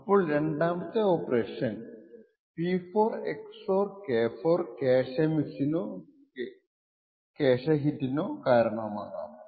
അപ്പോൾ രണ്ടാമത്തെ operation P4 XOR K4 cache മിസ്സിനോ ഹിറ്റിനോ കാരണമാകാം